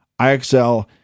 IXL